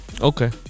okay